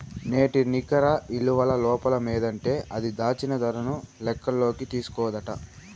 నేటి నికర ఇలువల లోపమేందంటే అది, దాచిన దరను లెక్కల్లోకి తీస్కోదట